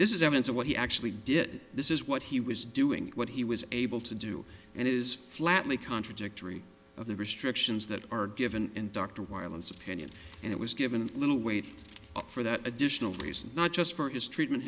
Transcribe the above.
this is evidence of what he actually did this is what he was doing what he was able to do and is flatly contradictory of the restrictions that are given in dr wireless opinion and it was given little weight up for that additional reason not just for his treatment